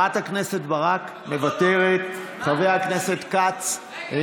מוותרת, חבר הכנסת כץ.